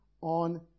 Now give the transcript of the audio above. on